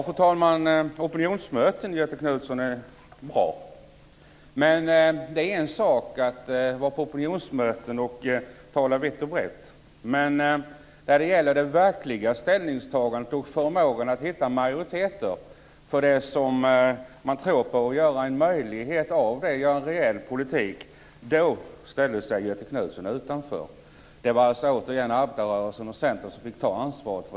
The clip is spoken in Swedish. Fru talman! Opinionsmöten är bra, Göthe Knutson. Men det är en sak att tala vitt och brett på opinionsmöten, men när det gäller det verkliga ställningstagandet och förmågan att hitta majoriteter för att göra en reell politik av det som man tror är möjligt ställde sig Göthe Knutson utanför. Det var alltså återigen arbetarrörelsen och Centern som fick ta ansvaret.